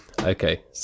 Okay